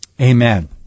amen